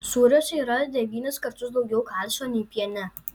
sūriuose yra devynis kartus daugiau kalcio nei piene